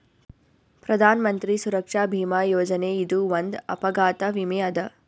ಪ್ರಧಾನ್ ಮಂತ್ರಿ ಸುರಕ್ಷಾ ಭೀಮಾ ಯೋಜನೆ ಇದು ಒಂದ್ ಅಪಘಾತ ವಿಮೆ ಅದ